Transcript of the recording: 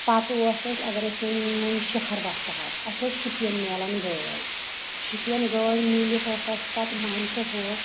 پَتہٕ اوس اَسہِ اگر أسۍ وۄنہِ مٔنزۍ شہر وَسہٕ ہَو اَسہِ ٲس شُپیَن مِلان گٲڑۍ شُپیَن گٲڑۍ میٖلِتھ ٲس اَسہِ پَتہٕ مان ژٕ ہُہ